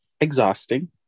exhausting